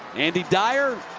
andy dyer.